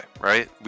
right